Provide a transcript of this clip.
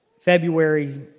February